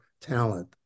talent